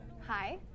Hi